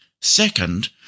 Second